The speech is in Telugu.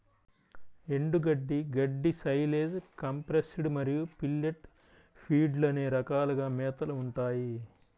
ఎండుగడ్డి, గడ్డి, సైలేజ్, కంప్రెస్డ్ మరియు పెల్లెట్ ఫీడ్లు అనే రకాలుగా మేతలు ఉంటాయి